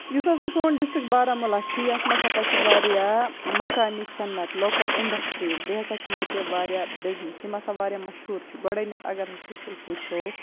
یُس ہَسا سون ڈِسٹِرک بارہمولہ چھِ یَتھ منٛز ہَسا چھِ وارِیاہ مَقٲمی صنت لوکَل اِنڈَسٹرٛیٖز بیٚیہِ ہَسا چھِ ییٚتہِ واریاہ بِزنِس یِم ہَسا واریاہ مَشہوٗر چھِ گۄڈٕنٮ۪تھ اگر أسۍ ہسا وٕچھو